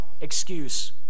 excuse